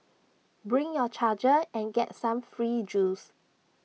bring your charger and get some free juice